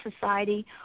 society